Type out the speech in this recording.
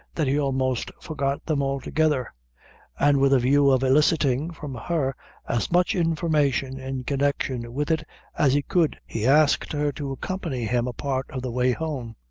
that he almost forgot them altogether and with a view of eliciting from her as much information in connection with it as he could, he asked her to accompany him a part of the way home.